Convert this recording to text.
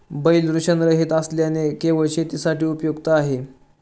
बैल वृषणरहित असल्याने केवळ शेतीसाठी उपयुक्त आहे